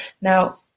Now